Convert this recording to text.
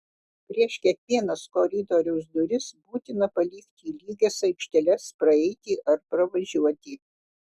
prieš kiekvienas koridoriaus duris būtina palikti lygias aikšteles praeiti ar pravažiuoti